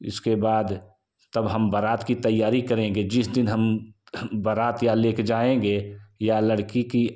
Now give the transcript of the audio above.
इसके बाद तब हम बारात की तैयारी करेंगे जिस दिन हम बारात या लेकर जाएँगे या लड़की की